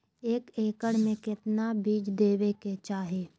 एक एकड़ मे केतना बीज देवे के चाहि?